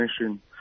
Mission